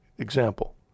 Example